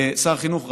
שר החינוך,